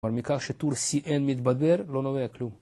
אבל מכך שטור CN מתבדר לא נובע כלום